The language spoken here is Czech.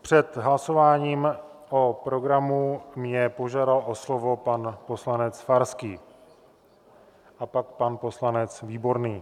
Před hlasováním o programu mě požádal o slovo pan poslanec Farský a pak pan poslanec Výborný.